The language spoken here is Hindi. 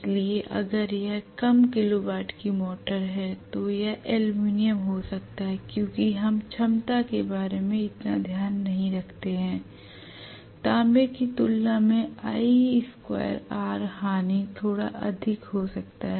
इसलिए अगर यह कम किलो वाट की मोटर है तो यह एल्यूमीनियम हो सकता है क्योंकि हम क्षमता के बारे में इतना ध्यान नहीं रखते हैं l तांबे की तुलना में i2r हानि थोड़ा अधिक हो सकता है